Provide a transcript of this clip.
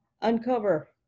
uncover